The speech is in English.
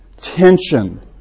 tension